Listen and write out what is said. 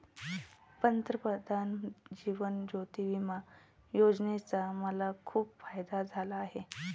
प्रधानमंत्री जीवन ज्योती विमा योजनेचा मला खूप फायदा झाला आहे